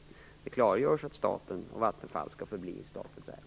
Där klargörs just att Vattenfall skall förbli i statens ägo.